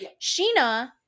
sheena